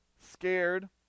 scared